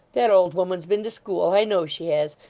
that old woman's been to school. i know she has.